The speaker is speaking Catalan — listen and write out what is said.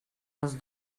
els